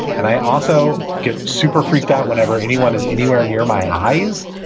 and i also get super freaked out whenever anyone is anywhere near my eyes.